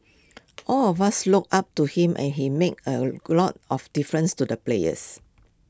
all of us looked up to him and he made A lot of difference to the players